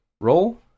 roll